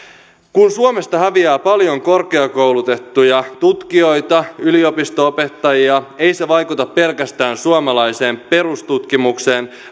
kun suomesta häviää paljon korkeakoulutettuja tutkijoita yliopisto opettajia ei se vaikuta pelkästään suomalaiseen perustutkimukseen